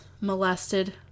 molested